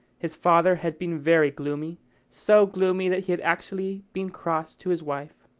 his father had been very gloomy so gloomy that he had actually been cross to his wife.